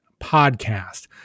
podcast